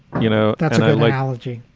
you know, that's not like ology.